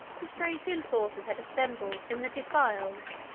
the thracian forces had assembled in the defiles,